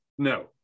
No